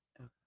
Okay